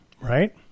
Right